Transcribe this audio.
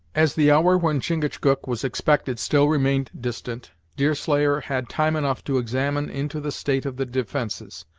as the hour when chingachgook was expected still remained distant, deerslayer had time enough to examine into the state of the defences,